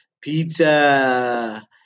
Pizza